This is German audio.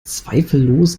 zweifellos